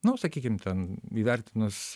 nu sakykim ten įvertinus